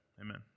Amen